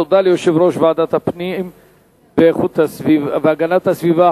תודה ליושב-ראש ועדת הפנים והגנת הסביבה,